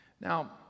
Now